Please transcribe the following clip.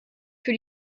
für